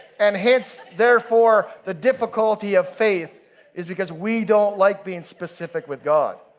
and hence, therefore the difficulty of faith is because we don't like being specific with god.